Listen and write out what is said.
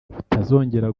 utazongera